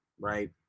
right